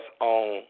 on